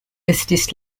estis